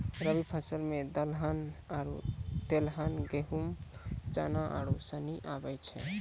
रवि फसल मे दलहन आरु तेलहन गेहूँ, चना आरू सनी आबै छै